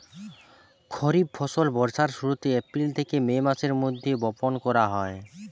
খরিফ ফসল বর্ষার শুরুতে, এপ্রিল থেকে মে মাসের মধ্যে বপন করা হয়